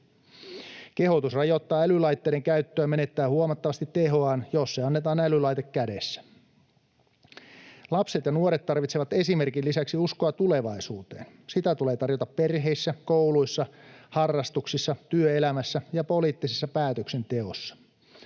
Kehotus rajoittaa älylaitteiden käyttöä menettää huomattavasti tehoaan, jos se annetaan älylaite kädessä. Lapset ja nuoret tarvitsevat esimerkin lisäksi uskoa tulevaisuuteen. Sitä tulee tarjota perheissä, kouluissa, harrastuksissa, työelämässä ja poliittisessa päätöksenteossa.